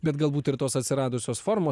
bet galbūt ir tos atsiradusios formos